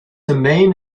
main